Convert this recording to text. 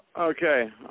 Okay